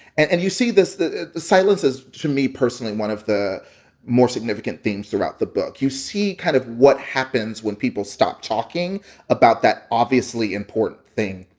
and and you see this the silence is, to me personally, one of the more significant themes throughout the book. you see kind of what happens when people stop talking about that obviously important thing.